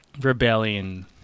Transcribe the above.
rebellion